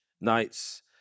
nights